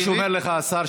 מה שאומר לך השר,